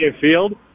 field